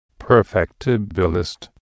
Perfectibilist